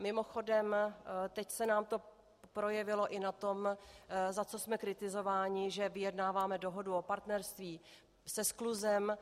Mimochodem, teď se nám to projevilo i na tom, za co jsme kritizováni, že vyjednáváme dohodu o partnerství se skluzem.